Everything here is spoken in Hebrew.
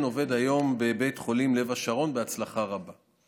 עובד היום בבית חולים לב השרון בהצלחה רבה.